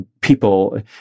people